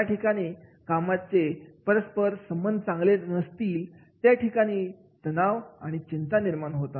ज्या ठिकाणी कामगारांचे परस्परसंबंध चांगले नसतील त्या ठिकाणी तणाव आणि चिंता निर्माण होतात